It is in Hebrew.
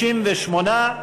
68,